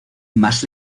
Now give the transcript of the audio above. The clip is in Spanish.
más